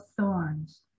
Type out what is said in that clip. thorns